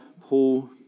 Paul